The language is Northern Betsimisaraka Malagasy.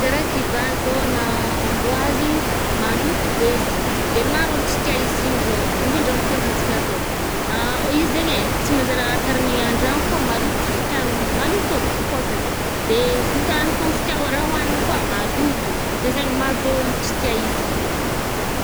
Karaha kivà zao na amboa zaigny maloto be izy igny. De maro olo tsy tià izy igny zao, indrindra amy fiainanatsika zao izy zaigny e tsy manjary tarimigna andrano fô maloto satria maloto ô makôta zay. De itany fôgna satria raha hoanigny koa maloto. De zaigny maro be olo tsy tià izigny zay.